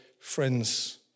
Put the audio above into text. friends